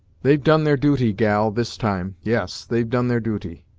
they've done their duty, gal, this time yes, they've done their duty.